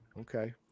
Okay